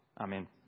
Amen